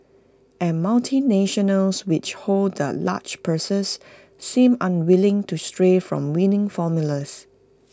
and multinationals which hold the large purses seem unwilling to stray from winning formulas